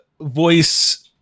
voice